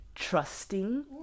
trusting